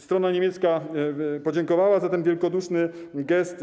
Strona niemiecka podziękowała za ten wielkoduszny gest.